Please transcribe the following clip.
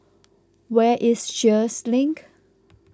where is Sheares Link